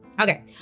Okay